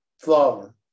flower